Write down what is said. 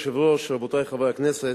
אדוני היושב-ראש, רבותי חברי הכנסת,